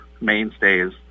mainstays